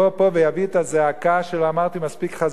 ואביא את הזעקה שלא אמרתי מספיק חזק